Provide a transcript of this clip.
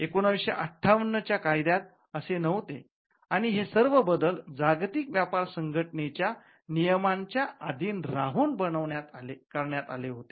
१९५८ च्या कायद्यात असे नव्हते आणि हे सर्व बदल जागतिक व्यापार संघटनेच्या नियमांच्या अधीन राहून करण्यात आलेत